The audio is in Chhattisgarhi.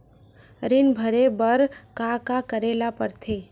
ऋण भरे बर का का करे ला परथे?